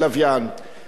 אני זוכר שפעם,